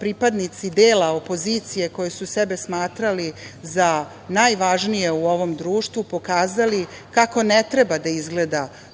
pripadnici dela opozicije, koji su sebe smatrali za najvažnije u ovom društvu, pokazali kako ne treba da izgleda